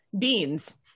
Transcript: Beans